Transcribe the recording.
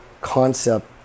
concept